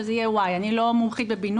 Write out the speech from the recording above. זה יהיה Y. אני לא מומחית בבינוי,